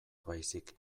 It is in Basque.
baizik